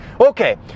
Okay